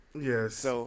Yes